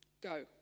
Go